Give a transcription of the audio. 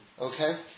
Okay